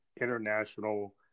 international